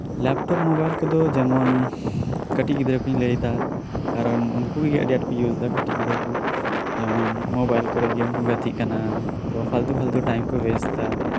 laptop mobile ᱠᱚᱫᱚ ᱡᱮᱢᱚᱱ ᱠᱟᱹᱴᱤᱡ ᱜᱤᱫᱽᱨᱟᱹᱠᱩᱧ ᱞᱟᱹᱭᱮᱫᱟ ᱠᱟᱨᱚᱱ ᱩᱱᱠᱩᱜᱤ ᱟᱹᱰᱤ ᱟᱴᱠᱩ ᱤᱭᱩᱥᱫᱟ ᱠᱟᱹᱴᱤᱡ ᱜᱤᱫᱽᱨᱟᱹᱠᱩ ᱡᱮᱢᱚᱱ ᱢᱚᱵᱟᱭᱤᱞ ᱠᱚᱨᱮ ᱜᱮᱢᱠᱩ ᱜᱟᱛᱤᱜ ᱠᱟᱱᱟ ᱵᱟ ᱯᱷᱟᱞᱛᱩ ᱯᱷᱟᱞᱛᱩ ᱴᱟᱭᱤᱢ ᱠᱩ ᱳᱭᱮᱥᱴᱫᱟ